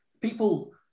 People